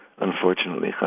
unfortunately